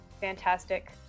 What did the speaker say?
fantastic